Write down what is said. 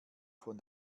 von